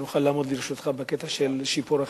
שנוכל לעמוד לרשותך בקטע של שיפור החינוך,